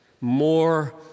more